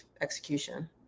execution